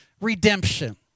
redemption